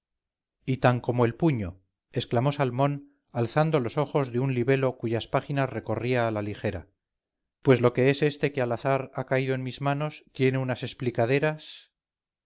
y tan como el puño exclamó salmón alzando los ojos de un libelo cuyas páginas recorría a la ligera pues lo que es este que al azar ha caído en mis manos tiene unas explicaderas